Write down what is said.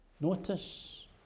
Notice